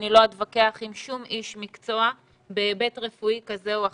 אני לא אתווכח עם שום איש מקצוע בהיבט רפואי כזה או אחר.